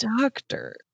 doctor